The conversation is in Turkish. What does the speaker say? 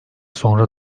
sonra